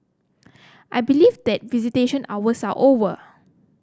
I believe that visitation hours are over